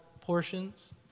portions